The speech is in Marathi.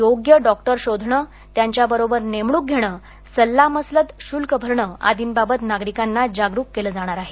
योग्य डॉक्टर शोधणे त्यांच्याबरोबर नेमणूक घेणे सल्लामसलत शुल्क भरणे आदींबाबत नागरिकांना जागरूक केलं जाणार आहे